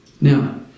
Now